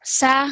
sa